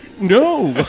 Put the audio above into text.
no